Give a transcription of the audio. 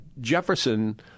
Jefferson